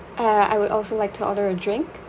uh I would also like to order a drink